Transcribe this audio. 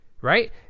Right